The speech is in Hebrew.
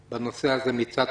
בדיקות, איילת.